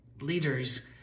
leaders